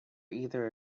either